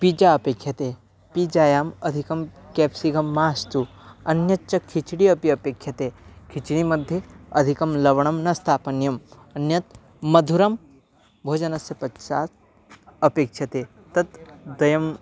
pizza अपेक्षते पिज्जायाम् अधिकं क्याप्सिकं मास्तु अन्यच्च खिचडि अपि अपेक्षते खिचडिमध्ये अधिकं लवणं न स्थापनीयम् अन्यत् मधुरं भोजनस्य पश्चात् अपेक्षते तत् द्वयम्